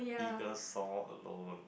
eagles soar alone